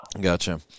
Gotcha